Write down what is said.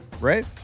right